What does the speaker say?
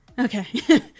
Okay